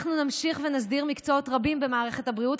אנחנו נמשיך ונסדיר מקצועות רבים במערכת הבריאות,